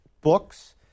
books